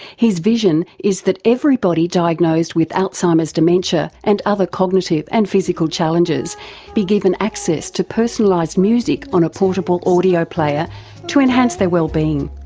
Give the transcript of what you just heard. his vision is that everybody diagnosed with alzheimer's dementia and and other cognitive and physical challenges be given access to personalised music on a portable audio player to enhance their well-being.